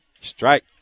Strike